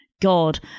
God